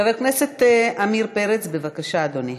חבר הכנסת עמיר פרץ, בבקשה, אדוני.